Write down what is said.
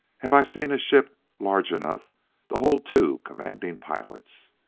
have i seen a ship large enough to hold two commanding pilots.